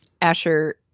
asher